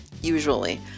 Usually